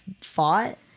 fought